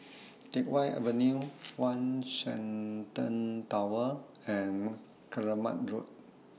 Teck Whye Avenue one Shenton Tower and Keramat Road